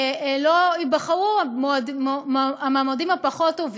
שלא ייבחרו המועמדים הפחות-טובים,